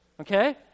okay